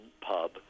pub